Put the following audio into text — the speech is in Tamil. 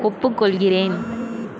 ஒப்புக்கொள்கிறேன்